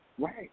Right